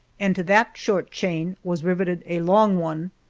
and to that short chain was riveted a long one,